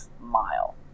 Mile